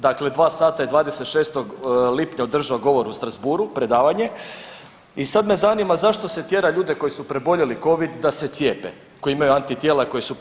Dakle, dva sata je 26. lipnja održao govor u Strasbourgu predavanje i sad me zanima zašto se tjera ljude koji su preboljeli covid da se cijepe koji imaju antitijela koji su?